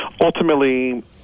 ultimately